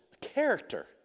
character